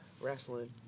wrestling